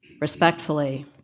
respectfully